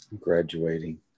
graduating